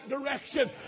direction